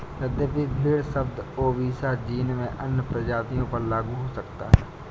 यद्यपि भेड़ शब्द ओविसा जीन में अन्य प्रजातियों पर लागू हो सकता है